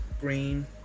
green